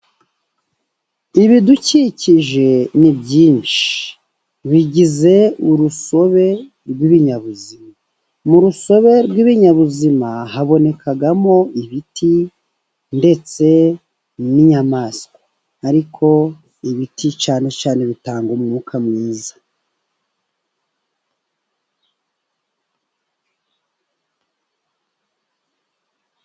Ibidukikije ni byinshi, bigize urusobe rw'ibinyabuzima, mu rusobe rw'ibinyabuzima habonekamo, ibiti ndetse n'inyamaswa, ariko ibiti cyana cyane bitanga umwuka mwiza.